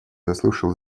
заслушал